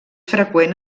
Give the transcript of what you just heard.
freqüent